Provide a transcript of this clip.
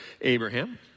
Abraham